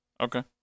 Okay